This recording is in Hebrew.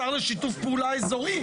השר לשיתוף פעולה אזורי?